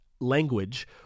Language